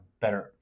better